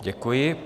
Děkuji.